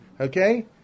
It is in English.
okay